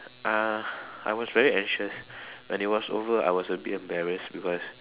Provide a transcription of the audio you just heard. uh I was very anxious when it was over I was a bit embarrassed because